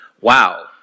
Wow